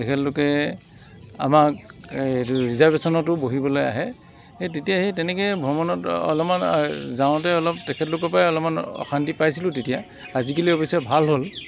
তেখেতলোকে আমাক এইটো ৰিজাৰ্ভেচনতো বহিবলৈ আহে সেই তেতিয়া সেই তেনেকৈ ভ্ৰমণত অলপমান যাওঁতে অলপ তেখেতলোকৰ পৰাই অলপমান অশান্তি পাইছিলোঁ তেতিয়া আজিকালি অৱেশ্য ভাল হ'ল